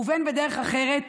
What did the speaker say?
ובין בדרך אחרת,